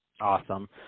Awesome